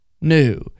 new